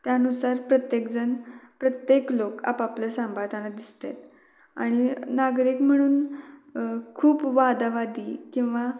त्यानुसार प्रत्येकजण प्रत्येक लोक आपआपलं सांभाळताना दिसत आहेत आणि नागरिक म्हणून खूप वादावादी किंवा